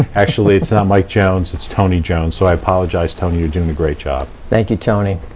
actually, it's not mike jones, it's tony jones, so i apologize, tony, you're doing a great job. thank you, tony.